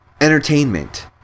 entertainment